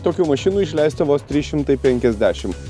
tokių mašinų išleista vos trys šimtai penkiasdešim